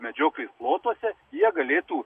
medžioklės plotuose jie galėtų